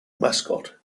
mascot